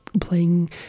playing